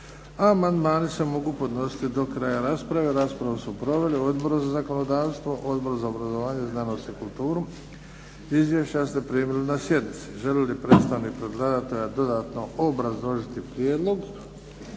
Amandmani se mogu podnositi do kraja rasprave. Raspravu su proveli Odbor za zakonodavstvo, Odbor za obrazovanje, znanost i kulturu, izvješća ste primili na sjednici. Želi li predstavnik predlagatelja dodatno obrazložiti prijedlog?